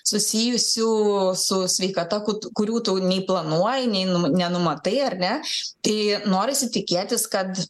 susijusių su sveikata kut kurių tu nei planuoji nei nenum nenumatai ar ne tai norisi tikėtis kad